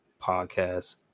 podcast